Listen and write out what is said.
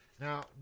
Now